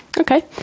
Okay